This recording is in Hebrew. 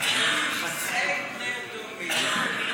על נישואי בני אותו מין?